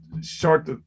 short